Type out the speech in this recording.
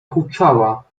huczała